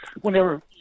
whenever